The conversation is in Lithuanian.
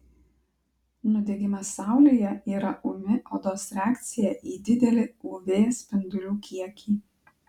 nudegimas saulėje yra ūmi odos reakcija į didelį uv spindulių kiekį